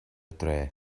dre